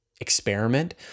experiment